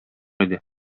иде